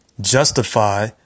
justify